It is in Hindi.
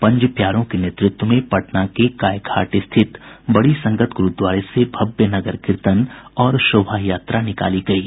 पंज प्यारों के नेतृत्व में पटना के गाय घाट स्थित बड़ी संगत गुरूद्वारे से भव्य नगर कीर्तन और शोभा यात्रा निकाली गयी